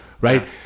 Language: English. right